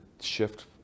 shift